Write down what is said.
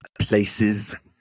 places